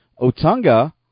Otunga